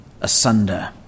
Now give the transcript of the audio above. asunder